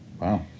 Wow